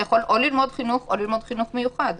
אתה יכול או ללמוד חינוך או ללמוד חינוך מיוחד,